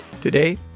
Today